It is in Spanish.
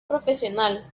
profesional